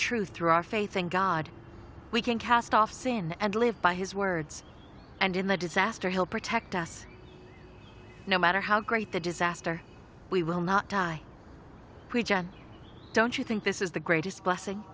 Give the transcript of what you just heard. our faith in god we can cast off sin and live by his words and in the disaster help protect us no matter how great the disaster we will not die don't you think this is the greatest blessing